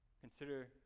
Consider